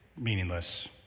meaningless